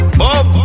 boom